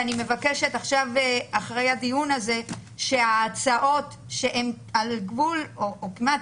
ואני מבקשת אחרי הדיון הזה שההצעות שהן על גבול או כמעט